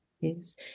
Yes